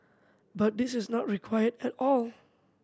but this is not required at all